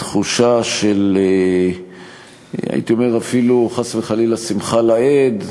בתחושה, הייתי אומר, חס וחלילה, שמחה לאיד.